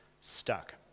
stuck